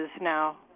now